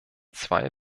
zwei